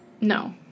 No